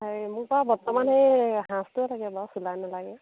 এই মোক বাৰু বৰ্তমান সেই সাজটোৱে লাগে বাৰু চুলাই নালাগে